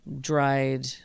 dried